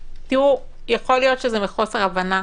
יכול להיות שזה מחוסר הבנה